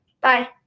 Bye